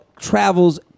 travels